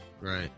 Right